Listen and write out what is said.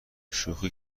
شوخی